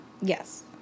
Yes